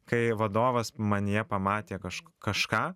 kai vadovas manyje pamatė kažk kažką